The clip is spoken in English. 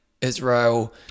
Israel